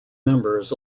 members